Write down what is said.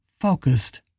focused